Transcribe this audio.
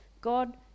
God